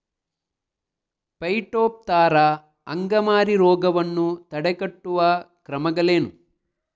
Phytophthora ಅಂಗಮಾರಿ ರೋಗವನ್ನು ತಡೆಗಟ್ಟುವ ಕ್ರಮಗಳೇನು?